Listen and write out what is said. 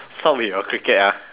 stop with your cricket ah